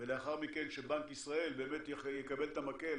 ולאחר מכן שבנק ישראל יקבל את המקל